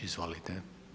Izvolite.